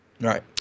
Right